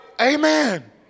Amen